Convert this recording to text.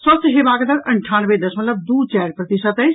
स्वस्थ हेबाक दर अंठानवे दशमलव दू चारि प्रतिशत अछि